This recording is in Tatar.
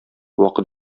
вакыт